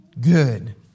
good